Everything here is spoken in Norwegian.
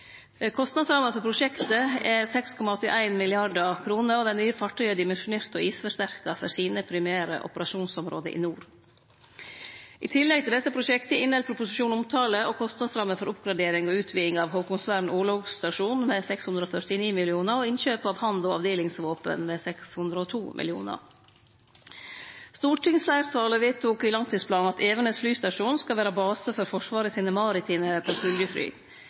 Kostnadsramma for prosjektet er 6,81 mrd. kr. Dei nye fartøya er dimensjonerte og isforsterka for sine primære operasjonsområde i nord. I tillegg til desse prosjekta inneheld proposisjonen omtale av og kostnadsramme for oppgradering og utviding av Haakonsvern orlogsstasjon, på 649 mill. kr, og innkjøp av hand- og avdelingsvåpen, på 602 mill. kr. Stortingsfleirtalet vedtok i langtidsplanen at Evenes flystasjon skal vere base for